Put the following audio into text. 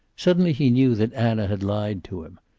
suddenly he knew that anna had lied to him.